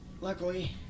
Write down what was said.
luckily